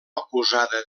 acusada